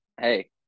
hey